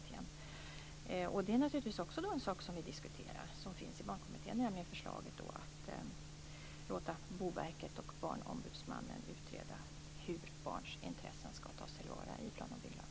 Det gäller en sak som vi naturligtvis också diskuterar i Barnkommittén, nämligen förslaget att låta Boverket och Barnombudsmannen utreda hur barns intressen skall tas till vara i plan och bygglagen.